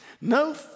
No